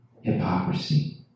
hypocrisy